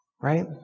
Right